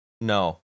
No